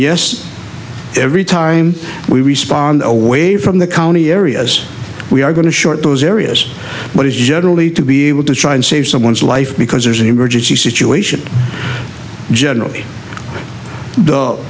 yes every time we respond away from the county areas we are going to short those areas but it's generally to be able to try and save someone's life because there's an emergency situation generally withou